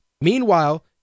Meanwhile